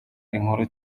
inkuru